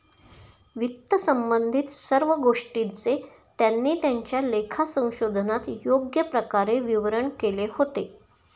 वित्तसंबंधित सर्व गोष्टींचे त्यांनी त्यांच्या लेखा संशोधनात योग्य प्रकारे विवरण केले होते